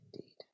Indeed